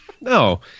No